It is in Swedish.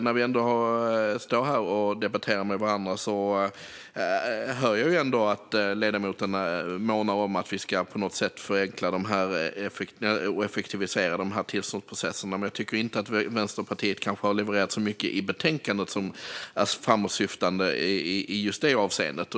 När vi står här och debatterar med varandra hör jag ändå att ledamoten månar om att vi på något sätt ska förenkla och effektivisera tillståndsprocesserna, men jag tycker kanske inte att Vänsterpartiet har levererat så mycket i betänkandet som är framåtsyftande i just det avseendet.